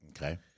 Okay